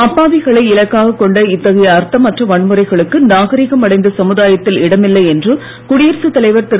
அப்பாவிகளை இலக்காகக் கொண்ட இத்தகைய அர்த்தமற்ற வன்முறைகளுக்கு நாகீகம் அடைந்த சமுதாயத்தில் இடமில்லை என்று குடியரசுத் தலைவர் திரு